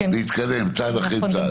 להתקדם צעד אחרי צעד.